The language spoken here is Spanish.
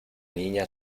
niña